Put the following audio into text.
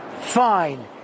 fine